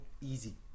easy